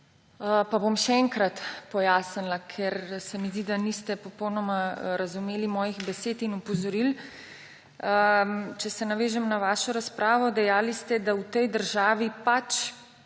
Pa bom še enkrat pojasnila, ker se mi zdi, da niste popolnoma razumeli mojih besed in opozoril. Če se navežem na vašo razpravo, dejali ste, da v tej državi